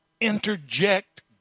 interject